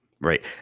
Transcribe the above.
Right